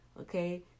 okay